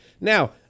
Now